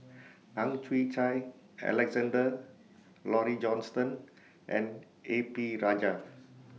Ang Chwee Chai Alexander Laurie Johnston and A P Rajah